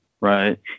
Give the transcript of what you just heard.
right